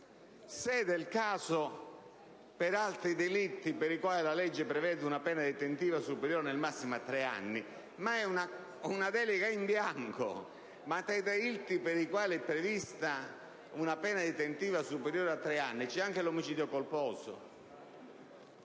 «se del caso, per altri delitti per i quali la legge preveda una pena detentiva superiore nel massimo a tre anni». Ma questa è una delega in bianco! Tra i delitti per i quali è prevista una pena detentiva superiore a tre anni, c'è anche l'omicidio colposo: